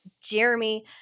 Jeremy